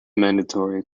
mandatory